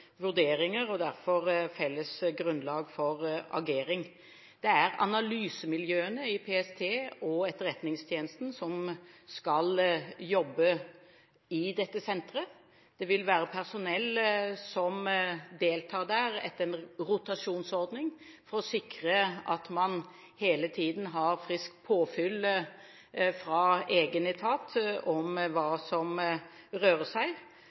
vurderinger og derfor felles grunnlag for agering. Det er analysemiljøene i PST og Etterretningstjenesten som skal jobbe i dette senteret. Det vil være personell som deltar der etter en rotasjonsordning, for å sikre at man hele tiden har friskt påfyll fra egen etat om hva som rører seg.